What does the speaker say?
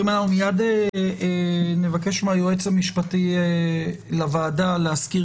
מייד נבקש מהיועץ המשפטי לוועדה להזכיר